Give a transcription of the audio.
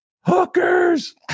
hookers